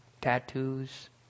tattoos